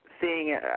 seeing